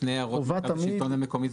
לפני הערות השלטון המקומי,